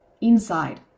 inside